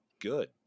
good